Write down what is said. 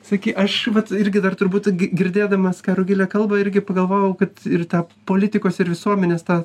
sakei aš vat irgi dar turbūt gi girdėdamas ką rugilė kalba irgi pagalvojau kad ir tą politikos ir visuomenės tą